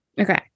Okay